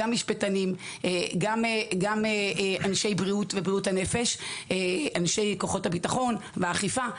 משפטנים; אנשי בריאות ובריאות הנפש; אנשי כוחות הביטחון; אנשי אכיפה.